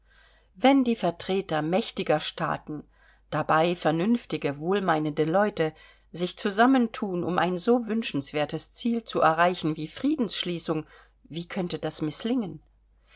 wenn die vertreter mächtiger staaten dabei vernünftige wohlmeinende leute sich zusammenthun um ein so wünschenswertes ziel zu erreichen wie friedensschließung wie könnte das mißlingen